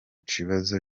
kibazo